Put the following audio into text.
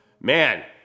man